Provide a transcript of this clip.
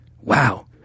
Wow